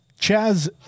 Chaz